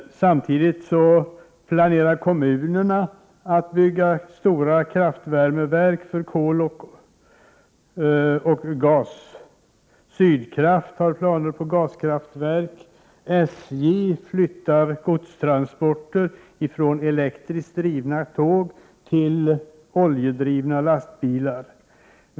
Samtidigt planerar kommunerna att bygga stora kraftvärmeverk för kol och gas. Sydkraft har planer på gaskraftverk. SJ flyttar godstransporter från elektriskt drivna tåg till oljedrivna lastbilar.